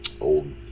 old